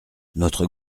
notre